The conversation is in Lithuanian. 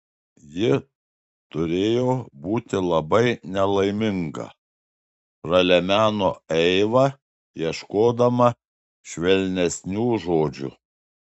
ji turėjo būti labai nelaiminga pralemeno eiva ieškodama švelnesnių žodžių